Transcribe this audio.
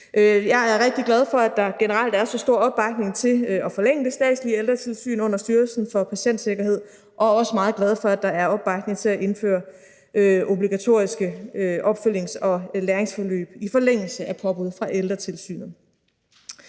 Jeg er rigtig glad for, at der generelt er så stor opbakning til at forlænge det statslige ældretilsyn under Styrelsen for Patientsikkerhed, og også meget glad for, at der er opbakning til at indføre obligatoriske opfølgnings- og læringsforløb i forlængelse af påbud fra Ældretilsynet.